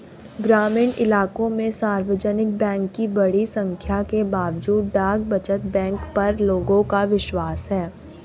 ग्रामीण इलाकों में सार्वजनिक बैंक की बड़ी संख्या के बावजूद डाक बचत बैंक पर लोगों का विश्वास है